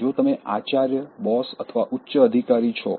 જો તમે આચાર્ય બોસ અથવા ઉચ્ચ અધિકારી છો